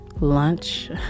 lunch